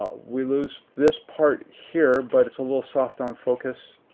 ah we lose this part here, but it's a little soft on focus,